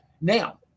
Now